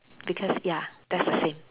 because ya that's the same